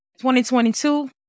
2022